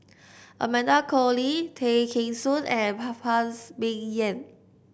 Amanda Koe Lee Tay Kheng Soon and Phan's Ming Yen